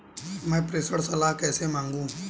मैं प्रेषण सलाह कैसे मांगूं?